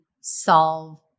solve